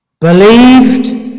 believed